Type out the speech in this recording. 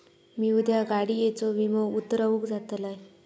मी उद्या गाडीयेचो विमो उतरवूक जातलंय